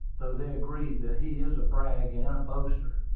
though they agree that he is a brag and a boaster.